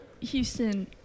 Houston